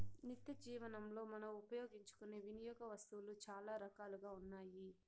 నిత్యజీవనంలో మనం ఉపయోగించుకునే వినియోగ వస్తువులు చాలా రకాలుగా ఉన్నాయి